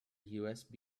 usb